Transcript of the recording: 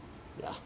yeah